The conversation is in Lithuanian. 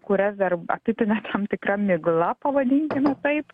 kurias dar apipina tam tikra migla pavadinkime taip